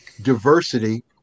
diversity